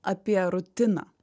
apie rutiną